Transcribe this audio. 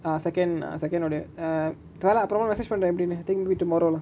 uh second ah second audio err தேவல அப்ரமா:thevala aprama message பன்ர எப்டினு:panra epdinu think be tomorrow lah